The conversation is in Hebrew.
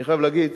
אני חייב להגיד